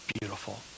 beautiful